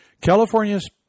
California's